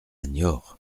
niort